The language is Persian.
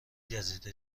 گزیده